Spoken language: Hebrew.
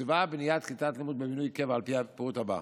תוקצבה בניית כיתות לימוד בבינוי קבע על פי הפירוט הבא: